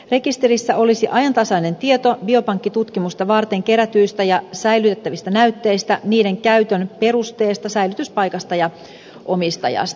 rekisterissä olisi ajantasainen tieto biopankkitutkimusta varten kerätyistä ja säilytettävistä näytteistä niiden käytön perusteesta säilytyspaikasta ja omistajasta